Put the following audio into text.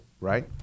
right